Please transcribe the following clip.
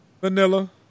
Vanilla